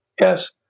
Yes